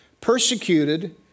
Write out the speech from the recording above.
persecuted